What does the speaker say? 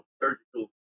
surgical